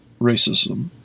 racism